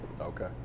Okay